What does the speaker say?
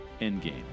Endgame